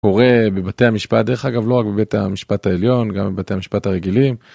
קורה בבתי המשפט דרך אגב לא רק בבית המשפט העליון גם בבתי המשפט הרגילים.